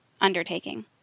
undertaking